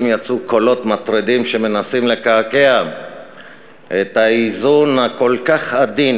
יצאו קולות מטרידים שמנסים לקעקע את האיזון הכל-כך עדין